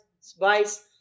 Spice